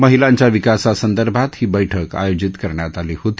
महिलांच्या विकासासंदर्भात ही बैठक आयोजित करण्यात आली होती